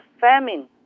famine